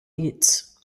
eats